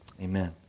amen